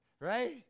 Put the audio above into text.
right